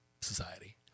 Society